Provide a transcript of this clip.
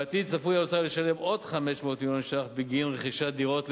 בעתיד צפוי האוצר לשלם עוד 500 מיליון ש"ח בגין רכישת דירות.